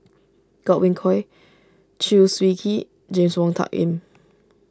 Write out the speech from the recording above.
Godwin Koay Chew Swee Kee James Wong Tuck Yim